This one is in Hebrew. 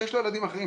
שיש לו ילדים אחרים,